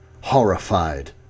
horrified